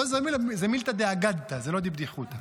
לא, זה מילתא דאגדתא, לא דבדיחותא.